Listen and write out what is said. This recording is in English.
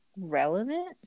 relevant